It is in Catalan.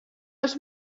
els